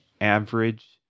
average